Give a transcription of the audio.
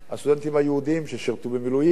הסטודנטים היהודים ששירתו במילואים,